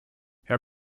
herr